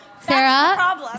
Sarah